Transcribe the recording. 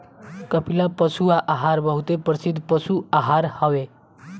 कपिला पशु आहार बहुते प्रसिद्ध पशु आहार हवे